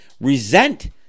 resent